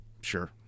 Sure